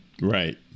Right